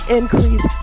increase